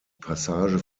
passage